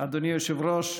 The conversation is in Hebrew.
אדוני היושב-ראש,